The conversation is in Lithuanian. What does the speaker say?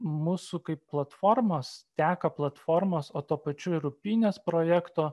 mūsų kaip platformos teka platformos o tuo pačiu ir upynės projekto